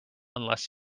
unless